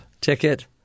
ticket